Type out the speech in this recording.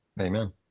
amen